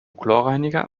chlorreiniger